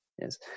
yes